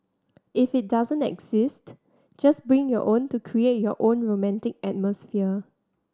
if it doesn't exist just bring your own to create your own romantic atmosphere